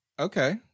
Okay